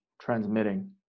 transmitting